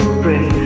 break